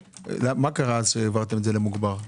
מה קרה אז שהעברתם את זה למוגבר?